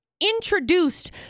introduced